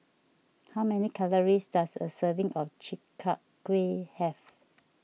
how many calories does a serving of Chi Kak Kuih have